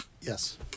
Yes